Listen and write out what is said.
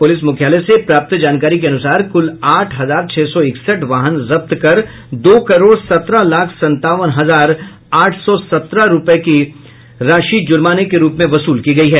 police मुख्यालय से प्राप्त जानकारी के अनुसार कुल आठ हजार छह सौ इकसठ वाहन जब्त कर दो करोड़ सत्रह लाख संतावन हजार आठ सौ सत्तर रुपए की राशि जुर्माने के रूप में वसूल की गयी है